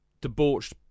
debauched